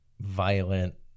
violent